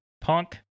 Punk